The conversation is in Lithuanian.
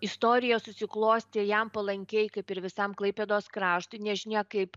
istorija susiklostė jam palankiai kaip ir visam klaipėdos kraštui nežinia kaip